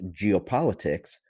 geopolitics